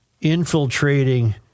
infiltrating